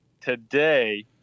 today